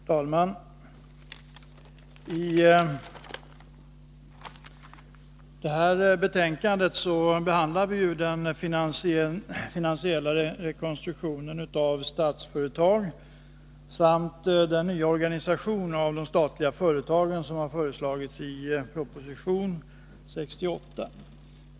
Herr talman! I det här betänkandet behandlar vi den finansiella rekonstruktionen av Statsföretag samt den nya organisation av de statliga företagen som har föreslagits i proposition 68.